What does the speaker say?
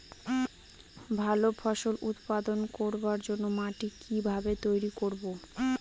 ভালো ফসল উৎপাদন করবার জন্য মাটি কি ভাবে তৈরী করব?